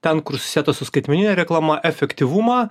ten kur susieta su skaitmenine reklama efektyvumą